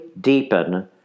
deepen